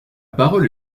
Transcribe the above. parole